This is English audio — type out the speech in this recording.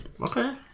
okay